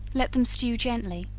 let them stew gently,